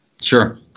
Sure